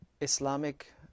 Islamic